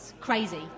crazy